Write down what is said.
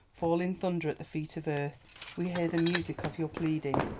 fall in thunder at the feet of earth we hear the music of your pleading.